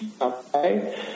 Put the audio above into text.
okay